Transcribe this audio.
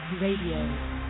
Radio